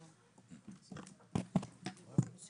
אני